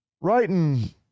Writing